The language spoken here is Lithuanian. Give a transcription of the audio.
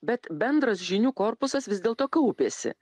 bet bendras žinių korpusas vis dėlto kaupėsi